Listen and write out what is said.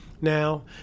now